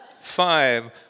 Five